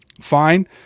fine